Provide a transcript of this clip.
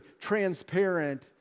transparent